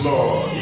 Lord